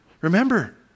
Remember